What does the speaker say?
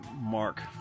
mark